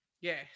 Yes